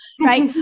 right